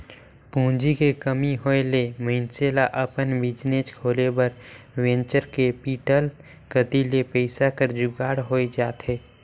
पूंजी के कमी होय ले मइनसे ल अपन बिजनेस खोले बर वेंचर कैपिटल कती ले पइसा कर जुगाड़ होए जाथे